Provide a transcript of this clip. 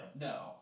No